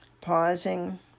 pausing